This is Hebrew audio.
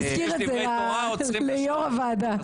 אתה מזכיר את זה ליו"ר הוועדה.